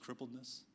crippledness